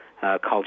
Culture